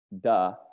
Duh